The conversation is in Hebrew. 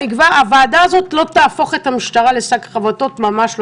הוועדה הזו לא תהפוך את המשטרה לשק חבטות, ממש לא.